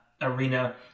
arena